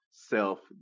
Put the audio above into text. self